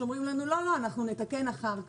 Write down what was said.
שם אומרים לנו: אנחנו נתקן אחר כך.